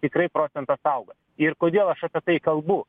tikrai procentas auga ir kodėl aš apie tai kalbu